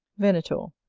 venator.